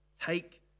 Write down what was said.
Take